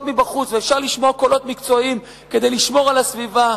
מבחוץ ואפשר לשמוע קולות מקצועיים כדי לשמור על הסביבה.